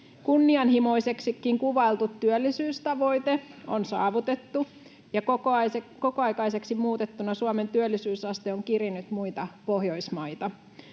Kunnianhimoiseksikin kuvailtu työllisyystavoite on saavutettu, ja kokoaikaiseksi muutettuna Suomen työllisyysaste on kirinyt muita Pohjoismaita.